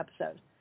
episode